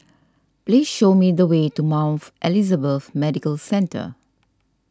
please show me the way to Mount Elizabeth Medical Centre